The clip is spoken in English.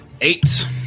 Eight